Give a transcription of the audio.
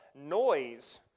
noise